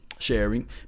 sharing